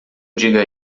diga